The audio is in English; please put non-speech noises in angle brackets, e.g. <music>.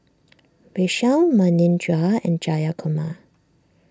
<noise> Vishal Manindra and Jayakumar